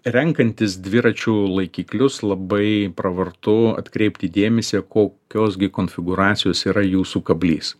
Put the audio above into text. renkantis dviračių laikiklius labai pravartu atkreipti dėmesį kokios gi konfigūracijos yra jūsų kablys